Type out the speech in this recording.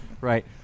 Right